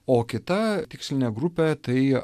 o kita tikslinė grupė tai